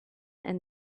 and